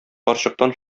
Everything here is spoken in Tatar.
карчыктан